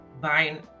buying